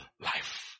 life